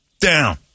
down